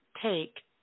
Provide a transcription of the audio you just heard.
take